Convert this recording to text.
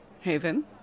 Haven